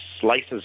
slices